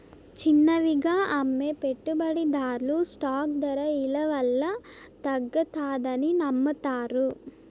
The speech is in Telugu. చిన్నవిగా అమ్మే పెట్టుబడిదార్లు స్టాక్ దర ఇలవల్ల తగ్గతాదని నమ్మతారు